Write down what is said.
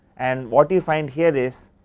and what you find here is,